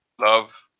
Love